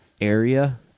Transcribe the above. area